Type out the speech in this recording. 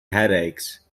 headaches